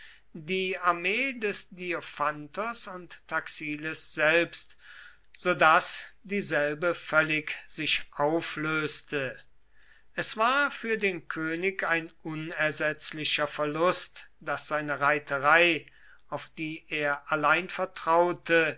die armee des diophantos und taxiles selbst so daß dieselbe völlig sich auflöste es war für den könig ein unersetzlicher verlust daß seine reiterei auf die er allein vertraute